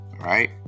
right